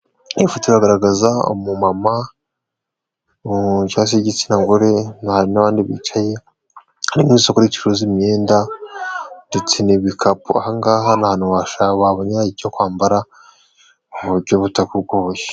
Ifoto iragaragaza umu mama cyangwa se w'igitsina gore n'abandi bicaye. Hano ni mu isoko ricuruza imyenda ndetse aha ngaha ni ahantu wabona icyo kwambara buryo butakugoye.